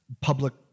public